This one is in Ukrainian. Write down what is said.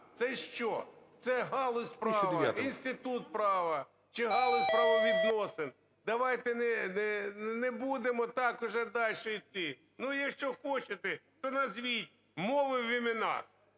це що? Це галузь права, інститут права чи галузь правовідносин? Давайте не будемо так уже дальше йти. Ну якщо хочете, то назвіть мовою в іменах,